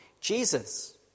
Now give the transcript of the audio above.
Jesus